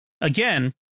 again